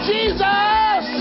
Jesus